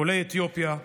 עולי אתיופיה,